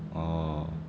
orh